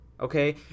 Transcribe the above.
okay